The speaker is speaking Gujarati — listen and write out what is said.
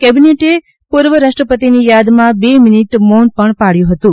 કેબિનેટે પૂર્વ રાષ્ટ્રપતિની યાદમાં બે મિનિટ મૌન પણ પાળ્યું હતું